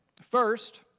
First